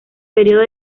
período